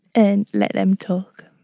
and let them talk